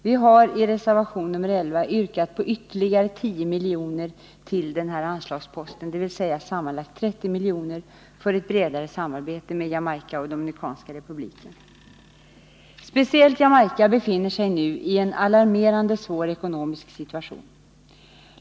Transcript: Vi har i reservation nr 11 yrkat på ytterligare 10 milj.kr. till den här anslagsposten, dvs. sammanlagt 30 milj.kr. för ett bredare samarbete med Jamaica och Dominikanska republiken. Speciellt Jamaica befinner sig nu i en alarmerande svår ekonomisk situation.